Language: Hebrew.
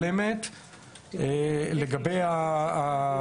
גברתי היושבת-ראש,